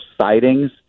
sightings